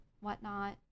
whatnot